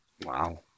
Wow